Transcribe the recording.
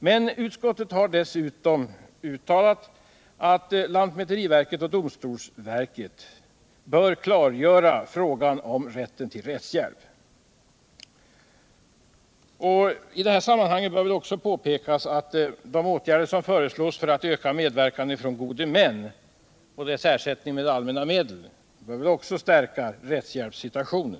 Men utskottet har dessutom uttalat att lantmäteriverket och domstols verket bör klargöra frågan om rätten till rättshjälp. I detta sammanhang bör påpekas att de föreslagna åtgärderna för att öka medverkan av gode män och deras ersättning av allmänna medel också kan stärka rättshjälpssituationen.